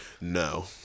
No